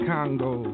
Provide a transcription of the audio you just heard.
Congo